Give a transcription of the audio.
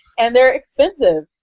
and they're expensive.